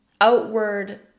outward